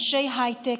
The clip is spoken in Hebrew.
אנשי הייטק,